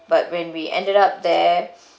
but when we ended up there